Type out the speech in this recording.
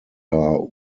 are